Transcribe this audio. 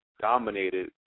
Dominated